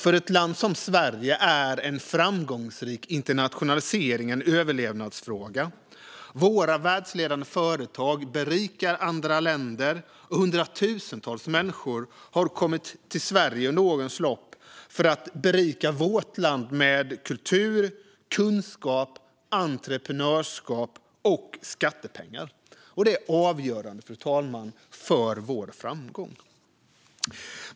För ett land som Sverige är framgångsrik internationalisering en överlevnadsfråga. Våra världsledande företag berikar andra länder, och hundratusentals människor har kommit hit under årens lopp för att berika vårt land med kultur, kunskap, entreprenörskap och skattepengar. Det är avgörande för vår framgång.